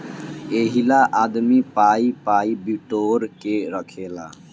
एहिला आदमी पाइ पाइ बिटोर के रखेला